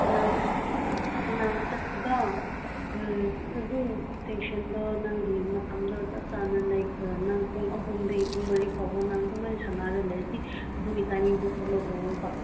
ꯁꯥꯟꯅꯕ ꯁꯥꯟꯅꯕ ꯆꯠꯄꯗꯣ ꯑꯗꯨꯝ ꯁꯦꯁꯟꯗꯣ ꯅꯪꯒꯤ ꯃꯇꯝꯗꯣ ꯆꯞ ꯆꯥꯅ ꯂꯥꯏꯛ ꯅꯪ ꯄꯨꯡ ꯑꯍꯨꯝꯗꯒꯤ ꯄꯨꯡ ꯃꯔꯤ ꯐꯥꯎꯕ ꯅꯪ ꯑꯗꯨꯃꯥꯏꯅ ꯁꯥꯟꯅꯔ ꯂꯩꯔꯗꯤ ꯑꯗꯨꯒꯤ ꯇꯥꯏꯃꯤꯡꯗꯨ ꯐꯣꯂꯣ ꯇꯧꯋꯣꯕ